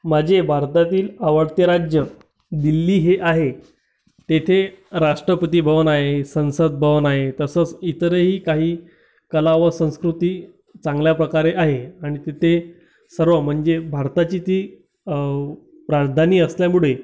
माझे भारतातील आवडते राज्य दिल्ली हे आहे तेथे राष्ट्रपती भवन आहे संसद भवन आहे तसंच इतरही काही कला व संस्कृती चांगल्या प्रकारे आहे आणि तिथे सर्व म्हणजे भारताची ती राजधानी असल्यामुळे